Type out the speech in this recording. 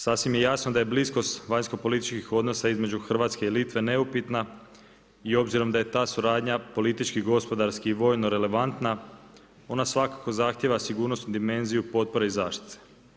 Sasvim je jasno da je bliskost vanjsko političkih odnosa između Hrvatske i Litve neupitna i obzirom da je ta suradnja politički, gospodarski i vojno relevantna ona svakako zahtijeva sigurnosnu dimenziju potpore i zaštite.